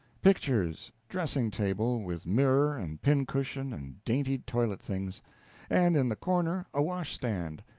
pictures, dressing-table, with mirror and pin-cushion and dainty toilet things and in the corner a wash-stand,